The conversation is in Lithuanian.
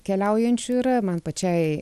keliaujančių yra man pačiai